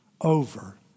over